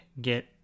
get